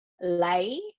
lay